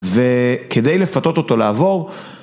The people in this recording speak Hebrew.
וכדי לפתות אותו לעבור